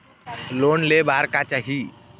Loan ले बार का चाही?